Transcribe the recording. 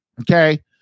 okay